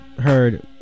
heard